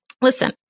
Listen